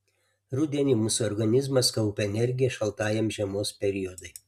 rudenį mūsų organizmas kaupia energiją šaltajam žiemos periodui